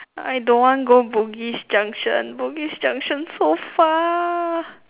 I don't want go Bugis junction Bugis junction so far